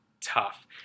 tough